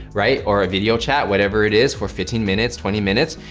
right? or a video chat, whatever it is for fifteen minutes, twenty minutes.